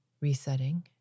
resetting